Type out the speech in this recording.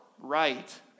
Right